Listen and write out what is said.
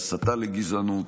להסתה לגזענות.